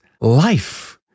life